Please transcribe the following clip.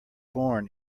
born